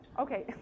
Okay